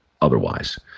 otherwise